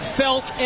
felt